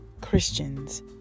Christians